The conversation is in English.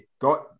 got